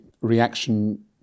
reaction